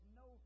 no